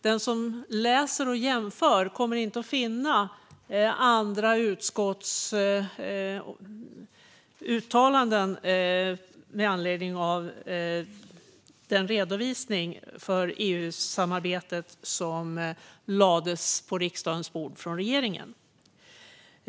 Den som läser och jämför kommer inte att finna andra utskotts uttalanden med anledning av den redovisning av EU-samarbetet som lades på riksdagens bord av regeringen.